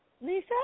Lisa